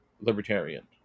libertarian